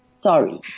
Sorry